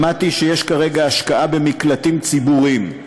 שמעתי שיש כרגע השקעה במקלטים ציבוריים.